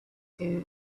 two